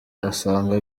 asanga